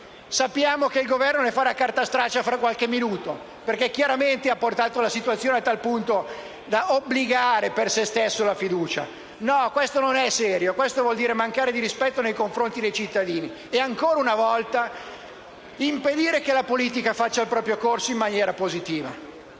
sappiamo che il Governo ne farà carta straccia fra qualche minuto, perché chiaramente ha portato la situazione a tal punto da obbligare per se stessa la fiducia. No, questo non è serio: questo vuol dire mancare di rispetto nei confronti dei cittadini e, ancora una volta, impedire che la politica faccia il proprio corso in maniera positiva.